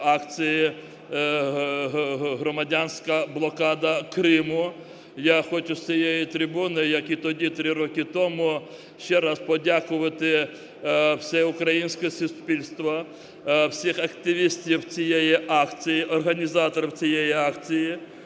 акції "Громадянська блокада Криму". Я хочу з цієї трибуну, як і тоді, 3 роки тому, ще раз подякувати все українське суспільство, всіх активістів цієї акції, організаторів цієї акції